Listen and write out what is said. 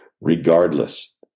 Regardless